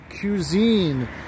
Cuisine